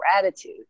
gratitude